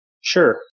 Sure